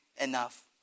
enough